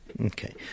Okay